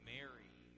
Mary